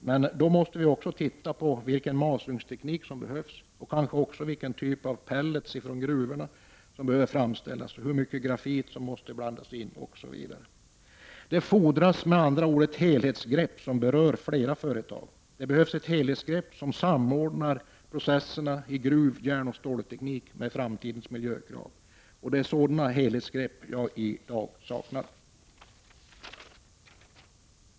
Men då måste vi titta på vilken masugnsteknik som behövs, kanske också vilken typ av pellets från gruvorna som behöver framställas och hur mycket grafit som måste blandas in osv. Det fordras med andra ord ett helhetsgrepp som berör flera företag. Det behövs ett helhetsgrepp som samordnar processerna i gruv-, järnoch stålteknik med framtidens miljökrav. Det är sådana helhetsgrepp som jag saknar i dag.